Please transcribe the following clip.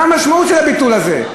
מה המשמעות של הביטול הזה?